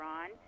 on